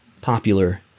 popular